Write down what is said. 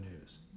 news